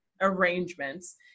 arrangements